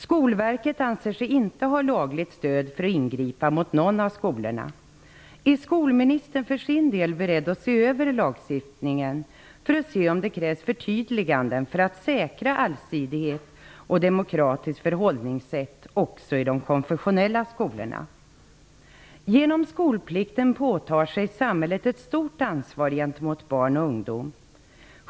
Skolverket anser sig inte ha lagligt stöd för att ingripa mot någon av skolorna. Är skolministern för sin del beredd att se över lagstiftningen för att se om det krävs förtydliganden för att säkra allsidighet och demokratiskt förhållningssätt också i de konfessionella skolorna? Genom skolplikten påtar sig samhället ett stort ansvar gentemot barn och ungdomar.